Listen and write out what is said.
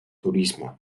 turismo